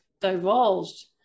divulged